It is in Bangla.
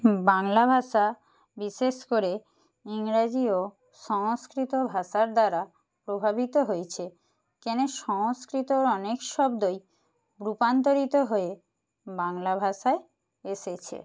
বাংলা ভাষা বিশেষ করে ইংরাজি ও সংস্কৃত ভাষার দ্বারা প্রভাবিত হয়েছে কেন সংস্কৃতর অনেক শব্দই রূপান্তরিত হয়ে বাংলা ভাষায় এসেছে